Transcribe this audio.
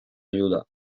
ayuda